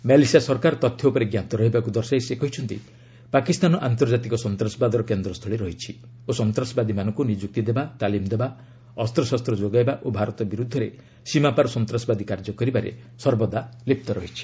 Malaysia ସରକାର ତଥ୍ୟ ଉପରେ ଜ୍ଞାତ ରହିବାକ୍ ଦର୍ଶାଇ ସେ କହିଛନ୍ତି ପାକିସ୍ତାନ ଆନ୍ତର୍ଜାତିକ ସନ୍ତାସବାଦର କେନ୍ଦ୍ରସ୍ଥଳୀ ରହିଛି ଓ ସନ୍ତାସବାଦୀମାନଙ୍କୁ ନିଯୁକ୍ତି ଦେବା ତାଲିମ ଦେବା ଅସ୍ତ୍ରଶସ୍ତ ଯୋଗାଇବା ଓ ଭାରତ ବିରୁଦ୍ଧରେ ସୀମାପାର ସନ୍ତାସବାଦୀ କାର୍ଯ୍ୟ କରିବାରେ ସର୍ବଦା ଲିପ୍ତ ରହିଛି